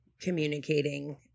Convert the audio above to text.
communicating